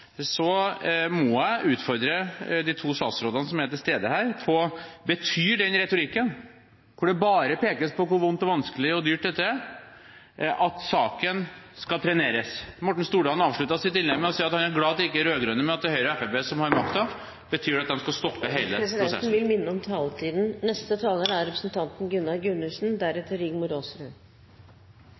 må jeg utfordre de to statsrådene som er til stede, på om den retorikken hvor det bare pekes på hvor vondt og vanskelig og dyrt dette er, betyr at saken skal treneres. Representanten Morten Stordalen avsluttet sitt innlegg med å si at han er glad at det ikke er de rød-grønne, men Høyre og Fremskrittspartiet som har makten. Betyr det at de skal stoppe